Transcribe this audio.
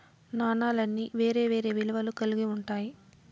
నాణాలన్నీ వేరే వేరే విలువలు కల్గి ఉంటాయి